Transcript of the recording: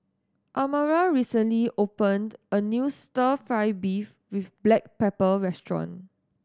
Amara recently opened a new Stir Fry beef with black pepper restaurant